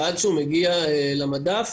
ועד שהוא מגיע למדף,